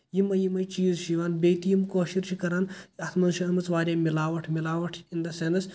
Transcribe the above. یِمےٕ یِمےٕ چیٖز چھِ یِوان بیٚیہ تہِ یِم کٲشِر چھِ کَران اتھ منٛز چھِ آمٕژ واریاہ مِلاوَٹھ مِلاوَٹھ اِن دَ سٮ۪نٕس